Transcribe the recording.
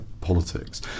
politics